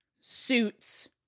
suits